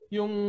Yung